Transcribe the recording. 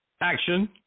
action